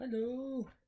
Hello